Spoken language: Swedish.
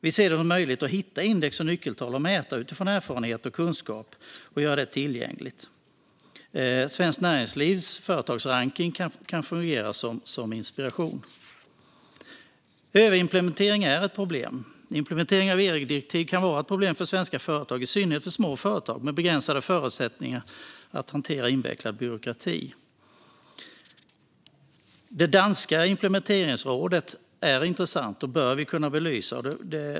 Vi ser det som möjligt att hitta index och nyckeltal att mäta utifrån erfarenheter och kunskap och göra det tillgängligt. Svenskt Näringslivs företagsrankning kan fungera som inspiration. Överimplementering är ett problem. Implementering av EU-direktiv kan vara ett problem för svenska företag, i synnerhet för små företag med begränsade förutsättningar att hantera invecklad byråkrati. Det danska implementeringsrådet är intressant och bör kunna belysas.